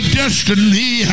destiny